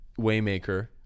Waymaker